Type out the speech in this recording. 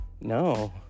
no